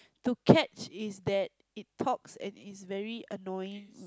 to catch is that it talks and is very annoying